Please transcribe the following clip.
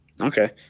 Okay